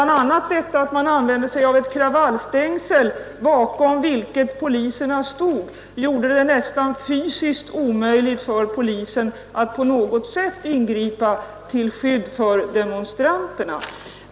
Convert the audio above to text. a. det förhållandet att man använde sig av ett kravallstängsel, bakom vilket poliserna stod, gjorde det nästan fysiskt omöjligt för polisen att på något sätt ingripa till skydd för demonstranterna.